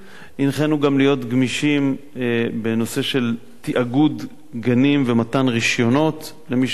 הנחינו גם להיות גמישים בנושא של תאגוד גנים ומתן רשיונות למי שרוצה,